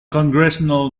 congressional